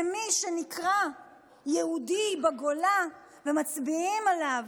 שמי שנקרא יהודי בגולה ומצביעים עליו,